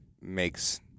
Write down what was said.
makes